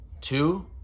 Two